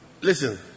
Listen